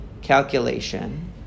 calculation